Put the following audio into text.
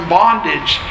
bondage